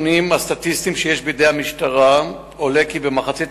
פורסם כי לפי הערכת